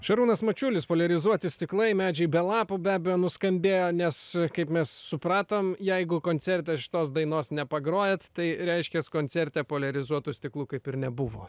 šarūnas mačiulis poliarizuoti stiklai medžiai be lapų be abejo nuskambėjo nes kaip mes supratom jeigu koncerte šitos dainos nepagrojat tai reiškias koncerte poliarizuotų stiklų kaip ir nebuvo